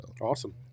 Awesome